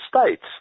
states